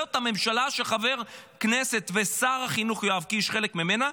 וזאת הממשלה שחבר כנסת ושר החינוך יואב קיש חלק ממנה.